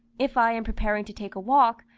if i am preparing to take a walk,